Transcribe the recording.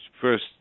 first